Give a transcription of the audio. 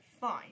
fine